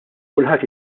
kulħadd